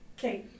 Okay